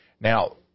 Now